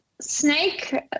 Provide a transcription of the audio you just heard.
snake